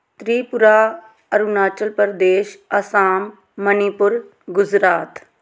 Tripura Arunachal Pradesh Assam Manipur Gujarat